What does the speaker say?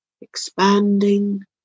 expanding